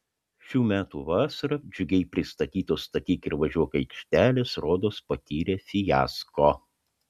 šių metų vasarą džiugiai pristatytos statyk ir važiuok aikštelės rodos patyrė fiasko